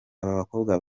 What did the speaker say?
abakobwa